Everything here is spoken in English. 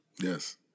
Yes